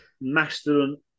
mastodon